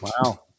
wow